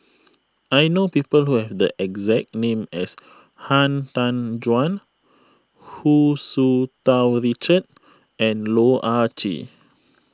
I know people who have the exact name as Han Tan Juan Hu Tsu Tau Richard and Loh Ah Chee